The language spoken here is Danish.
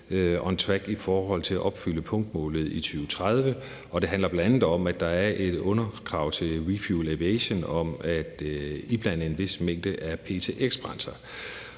on track i forhold til at opfylde punktmålet i 2030. Det handler bl.a. om, at der er et underkrav til ReFuelEU Aviation om at iblande en vis mængde af ptx-brændsler.